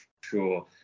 sure